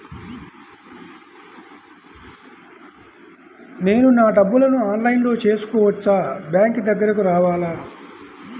నేను నా డబ్బులను ఆన్లైన్లో చేసుకోవచ్చా? బ్యాంక్ దగ్గరకు రావాలా?